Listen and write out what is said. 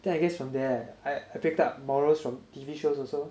then I guess from there I I picked up morals from T_V shows also